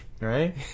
Right